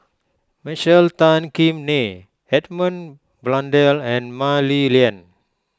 Michael Tan Kim Nei Edmund Blundell and Mah Li Lian